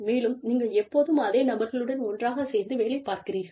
மேலும் நீங்கள் எப்போதும் அதே நபர்களுடன் ஒன்றாகச் சேர்ந்து வேலை பார்க்கிறீர்கள்